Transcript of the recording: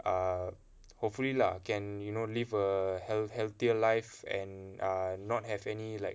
err hopefully lah can you know live a healthier life and err not have any like